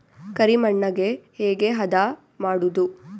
ಕರಿ ಮಣ್ಣಗೆ ಹೇಗೆ ಹದಾ ಮಾಡುದು?